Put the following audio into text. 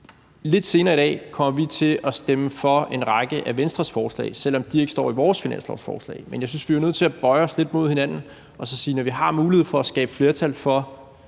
lidt senere i dag til at gå ind for en række af Venstres forslag, selv om de ikke står i vores forslag til finanslov, men jeg synes, at vi er nødt til at bøje os lidt imod hinanden og sige, at når vi har mulighed for at skabe flertal for